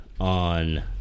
on